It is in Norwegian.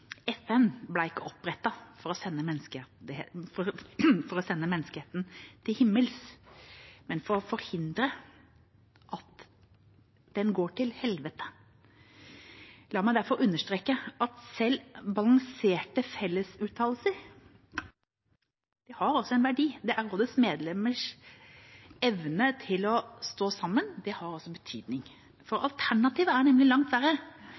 FN ble ikke opprettet for å for å sende menneskeheten til himmels, men for å forhindre at den går til helvete. La meg derfor understreke at selv balanserte fellesuttalelser også har en verdi. Rådets medlemmers evne å stå sammen har betydning, for alternativet er langt verre,